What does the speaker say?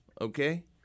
Okay